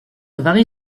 varie